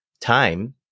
time